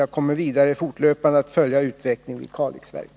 Jag kommer vidare fortlöpande att följa utvecklingen vid Kalixverken.